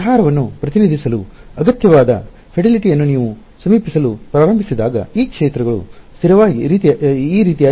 ಪರಿಹಾರವನ್ನು ಪ್ರತಿನಿಧಿಸಲು ಅಗತ್ಯವಾದ ನಿಷ್ಠೆ ಫೆಡಿಲಿಟಿ ಯನ್ನು ನೀವು ಸಮೀಪಿಸಲು ಪ್ರಾರಂಭಿಸಿದಾಗ ಕ್ಷೇತ್ರಗಳು ಈ ರೀತಿಯಾಗಿ ಸ್ಥಿರಗೊಳ್ಳುವುದನ್ನು ನೀವು ಕಾಣಬಹುದು